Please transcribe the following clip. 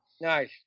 Nice